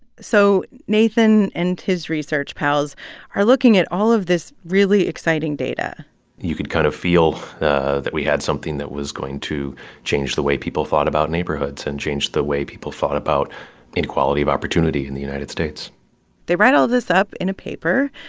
so nathan and his research pals are looking at all of this really exciting data you could kind of feel that we had something that was going to change the way people thought about neighborhoods and change the way people thought about inequality of opportunity in the united states they write all this up in a paper.